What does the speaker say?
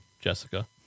Jessica